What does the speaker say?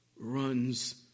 runs